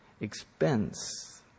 expense